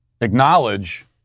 acknowledge